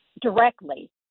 directly